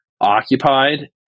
occupied